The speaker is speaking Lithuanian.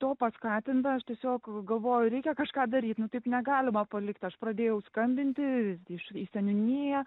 to paskatinta aš tiesiog galvoju reikia kažką daryt nu taip negalima palikt aš pradėjau skambinti iš į seniūniją